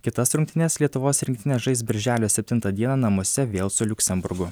kitas rungtynes lietuvos rinktinė žais birželio septintą dieną namuose vėl su liuksemburgu